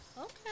Okay